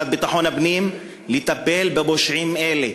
המשרד לביטחון הפנים לטפל בפושעים אלה,